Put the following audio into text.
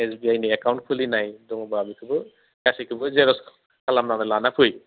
एसबिआइनि account खुलिनाय दङब्ला बिखोबो गासैखोबो जेरक्स खालामनानै लाना फै